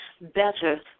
better